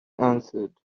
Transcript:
answered